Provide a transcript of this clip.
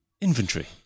inventory